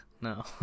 No